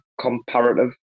comparative